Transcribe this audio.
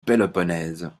péloponnèse